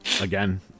Again